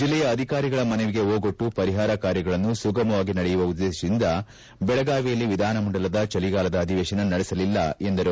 ಜಿಲ್ಲೆಯ ಅಧಿಕಾರಿಗಳ ಮನವಿಗೆ ಓಗೊಟ್ಟು ಪರಿಪಾರ ಕಾರ್ಯಗಳನ್ನು ಸುಗಮವಾಗಿ ನಡೆಯುವ ಉದ್ದೇಶದಿಂದ ಬೆಳಗಾವಿಯಲ್ಲಿ ವಿಧಾನಮಂಡಲದ ಚಳಗಾಲದ ಅಧಿವೇಶನ ನಡೆಸಲಿಲ್ಲ ಎಂದರು